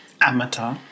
Amateur